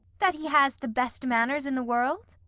that he has the best manners in the world?